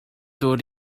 dod